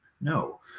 No